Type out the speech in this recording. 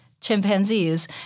chimpanzees